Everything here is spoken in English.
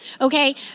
Okay